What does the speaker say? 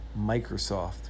Microsoft